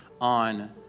on